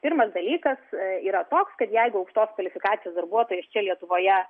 pirmas dalykas yra toks kad jeigu aukštos kvalifikacijos darbuotojas čia lietuvoje